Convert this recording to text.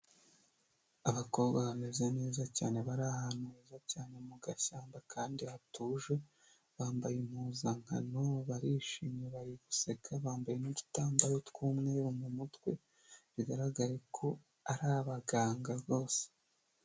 Abakobwa bameze neza cyane bari ahantu heza cyane mu gashyamba kandi hatuje, bambaye impuzankano barishimye bari guseka, bambaye n'udutambaro tw'umweru mu mutwe, bigaragare ko ari abaganga bose.